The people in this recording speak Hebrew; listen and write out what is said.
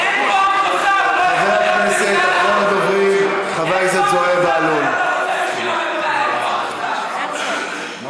אני אמרתי שיש שתי אלטרנטיבות: או